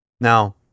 Now